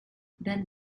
then